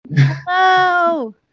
Hello